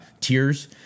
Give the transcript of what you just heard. tiers